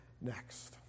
next